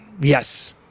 Yes